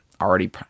already